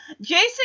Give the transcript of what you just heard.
Jason